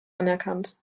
anerkannt